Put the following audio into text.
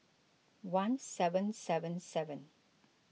one seven seven seven